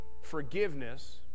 forgiveness